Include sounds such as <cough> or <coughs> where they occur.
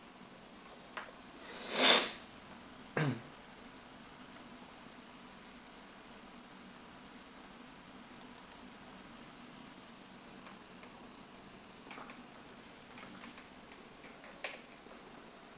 <noise> <coughs>